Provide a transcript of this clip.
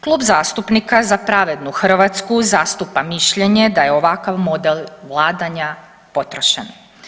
Klub zastupnika za Pravednu Hrvatsku zastupa mišljenje da je ovakav model vladanja potrošen.